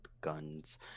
guns